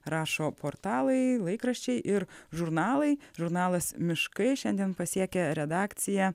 rašo portalai laikraščiai ir žurnalai žurnalas miškai šiandien pasiekė redakciją